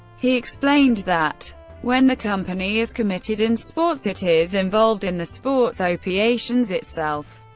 he explained that when the company is committed in sports, it is involved in the sports opeations itself.